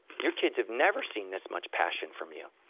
your kids have never seen this much passion from you.